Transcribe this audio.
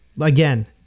again